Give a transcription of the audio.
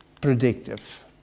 predictive